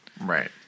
Right